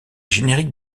génériques